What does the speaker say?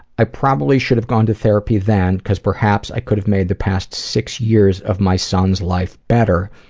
i probably should have gone to therapy then, cause perhaps i could have made the past six years of my son's life better,